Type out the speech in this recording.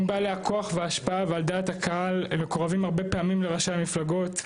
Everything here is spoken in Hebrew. הם בעלי הכוח וההשפעה ועל דעת הקהל ומקורבים הרבה פעמים לראשי המפלגות,